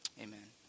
Amen